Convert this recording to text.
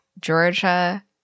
Georgia